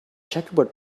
checkerboard